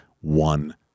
one